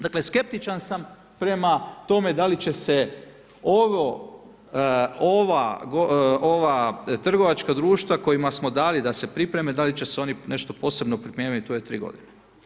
Dakle skeptičan sam prema tome da li će se ova trgovačka društva kojima smo dali da se pripreme da li će se oni nešto posebno pripremiti u ove tri godine.